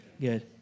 Good